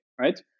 right